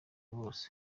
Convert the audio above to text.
bose